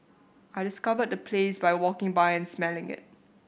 I discovered the place by walking by and smelling it